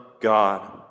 God